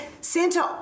center